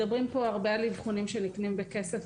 מדברים פה הרבה על אבחונים שנקנים בכסף.